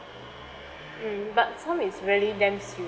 mm but some is really damn